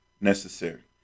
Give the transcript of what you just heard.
necessary